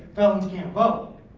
felons can't vote.